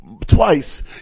twice